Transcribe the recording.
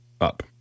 up